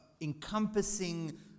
encompassing